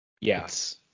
Yes